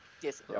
Yes